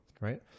right